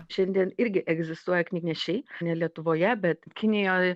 šiandien irgi egzistuoja knygnešiai ne lietuvoje bet kinijoj